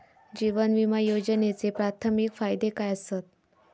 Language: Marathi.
जीवन विमा योजनेचे प्राथमिक फायदे काय आसत?